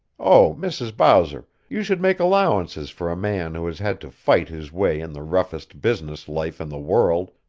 oh, mrs. bowser, you should make allowances for a man who has had to fight his way in the roughest business life in the world,